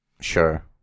Sure